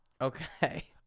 Okay